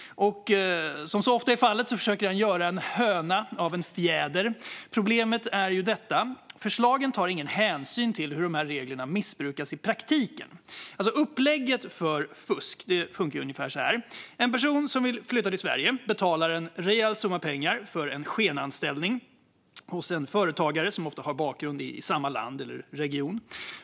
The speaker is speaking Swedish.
Som så ofta är fallet försöker han göra en höna av en fjäder. Problemet är att förslagen inte tar hänsyn till hur reglerna missbrukas i praktiken. Upplägget för fusk funkar ungefär så här: En person som vill flytta till Sverige betalar en rejäl summa pengar för en skenanställning hos en företagare, som ofta har bakgrund i samma land eller region.